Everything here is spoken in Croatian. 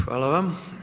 Hvala vam.